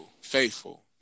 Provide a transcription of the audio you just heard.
faithful